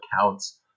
accounts